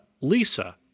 LISA